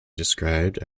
described